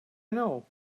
know